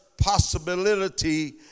possibility